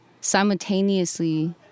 simultaneously